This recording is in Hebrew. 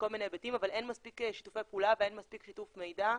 מכל מיני היבטים אבל אין מספיק שיתופי פעולה ואין מספיק שיתוף מידע.